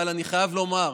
אבל אני חייב לומר,